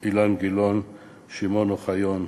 אילן גילאון, שמעון אוחיון,